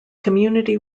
community